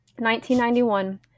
1991